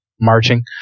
marching